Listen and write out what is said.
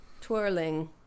twirling